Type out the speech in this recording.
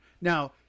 Now